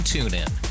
TuneIn